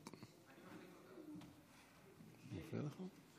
אני מחליף אותה.